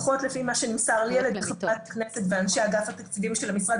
לפחות לפי מה שנמסר לי על ידי חברת הכנסת ואנשי אגף התקציבים של המשרד,